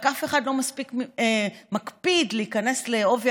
רק אף אחד לא מספיק מקפיד להיכנס בעובי